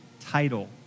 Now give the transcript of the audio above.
title